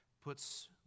puts